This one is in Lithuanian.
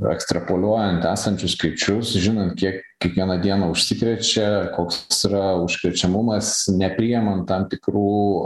ekstrapoliuojant esančius skaičius žinant kiek kiekvieną dieną užsikrečia koks yra užkrečiamumas nepriimam tam tikrų